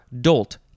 dolt